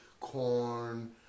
corn